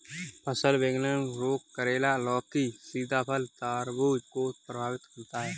फल विगलन रोग करेला, लौकी, सीताफल, तरबूज को प्रभावित करता है